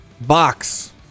box